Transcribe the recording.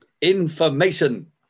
information